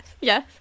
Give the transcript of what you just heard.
Yes